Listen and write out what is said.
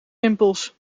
rimpels